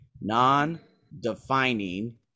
Non-defining